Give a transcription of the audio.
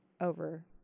over